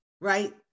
right